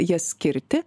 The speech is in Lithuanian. jas skirti